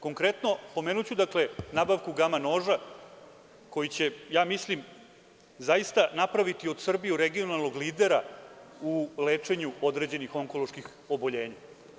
Konkretno, pomenuću nabavku „gama noža“, koji će, ja mislim, zaista napraviti od Srbije regionalnog lidera u lečenju određenih ontoloških oboljenja.